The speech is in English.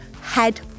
Head